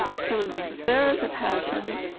so there is a passion,